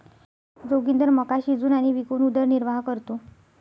जोगिंदर मका शिजवून आणि विकून उदरनिर्वाह करतो